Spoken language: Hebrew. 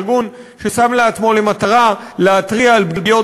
ארגון ששם לעצמו למטרה להתריע על פגיעות